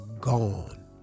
gone